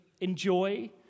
enjoy